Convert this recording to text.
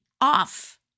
off